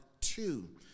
two